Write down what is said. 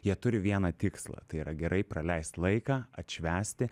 jie turi vieną tikslą tai yra gerai praleist laiką atšvęsti